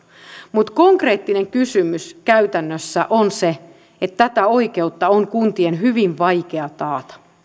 mutta konkreettinen kysymys käytännössä on se että tätä oikeutta on kuntien hyvin vaikea taata